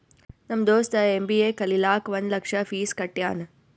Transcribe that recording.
ನಮ್ ದೋಸ್ತ ಎಮ್.ಬಿ.ಎ ಕಲಿಲಾಕ್ ಒಂದ್ ಲಕ್ಷ ಫೀಸ್ ಕಟ್ಯಾನ್